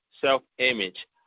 self-image